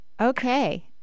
Okay